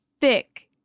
thick